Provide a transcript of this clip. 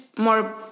More